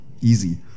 easy